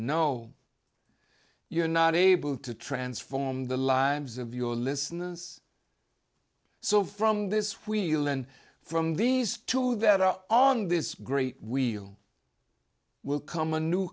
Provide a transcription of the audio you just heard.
know you're not able to transform the lives of your listeners so from this we learn from these two that are on this great wheel will come a new